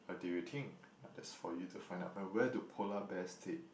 what do you think now that's for you to find out and where do polar bears stay